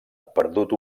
perdut